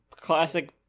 classic